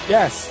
Yes